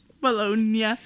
Bologna